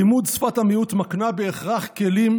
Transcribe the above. לימוד שפת המיעוט מקנה בהכרח כלים,